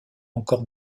encore